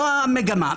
זו המגמה.